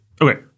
Okay